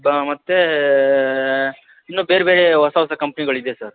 ಮತ್ತು ಇನ್ನು ಬೇರೆಬೇರೆ ಹೊಸ ಹೊಸ ಕಂಪ್ನಿಗಳಿದೆ ಸರ್